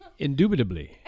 Indubitably